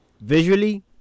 visually